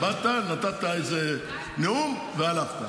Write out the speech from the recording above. באת, נתת איזה נאום והלכת.